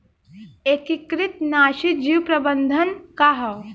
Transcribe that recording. एकीकृत नाशी जीव प्रबंधन का ह?